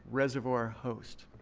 reservoir host.